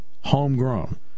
homegrown